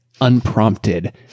unprompted